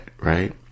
Right